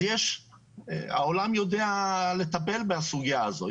העולם יודע לטפל בסוגיה הזאת.